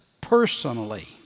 personally